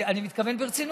אני מתכוון ברצינות.